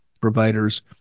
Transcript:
providers